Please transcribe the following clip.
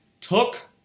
took